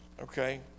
okay